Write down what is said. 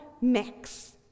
mix